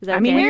but i mean.